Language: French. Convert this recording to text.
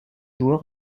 joueur